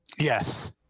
Yes